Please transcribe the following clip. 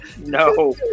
no